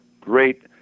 great